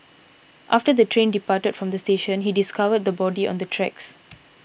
after the train departed from the station he discovered the body on the tracks